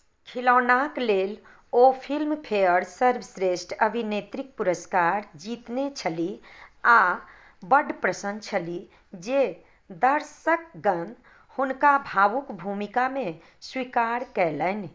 खिलौनाक लेल ओ फिल्मफेयर सर्वश्रेष्ठ अभिनेत्रीक पुरस्कार जितने छलीह आ बड्ड प्रसन्न छलीह जे दर्शकगण हुनका भावुक भूमिकामे स्वीकार कयलनि